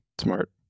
Smart